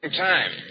time